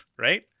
right